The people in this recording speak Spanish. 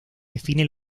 define